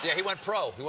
yeah he went pro.